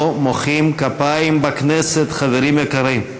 לא מוחאים כפיים בכנסת, חברים יקרים.